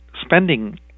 spending